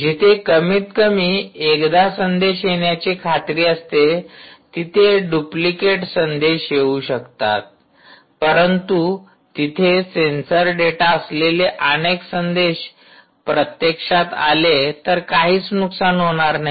जिथे कमीत कमी एकदा संदेश येण्याची खात्री असते तिथे डुप्लिकेट्स संदेश येऊ शकतात परंतु तिथे सेन्सर डेटा असलेले अनेक संदेश प्रत्यक्षात आले तर काहीच नुकसान होणार नाही